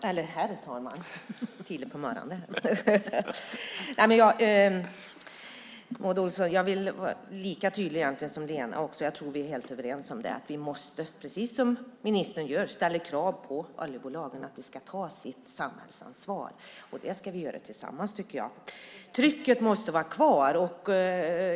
Herr talman! Maud Olofsson, jag vill vara lika tydlig som Lena. Jag tror att vi är helt överens om att vi måste ställa kravet, precis som ministern gör, att oljebolagen tar sitt samhällsansvar, och det ska vi göra tillsammans, tycker jag. Trycket måste fortsätta.